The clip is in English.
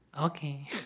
okay